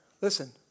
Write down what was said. listen